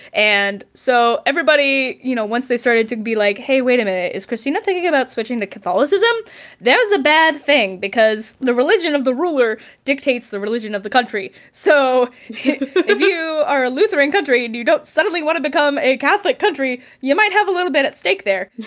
and so everybody, you know, once they started to be like, hey, wait um a is kristina thinking about switching to catholicism that was a bad thing, because the religion of the ruler dictates the religion of the country. so if you are a lutheran country, and you don't suddenly want to become a catholic country, you might have a little bit at stake there.